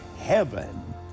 heaven